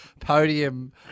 podium